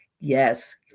yes